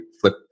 flip